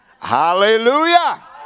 Hallelujah